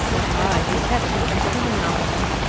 that i detected his criminality,